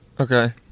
Okay